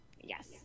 Yes